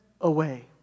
away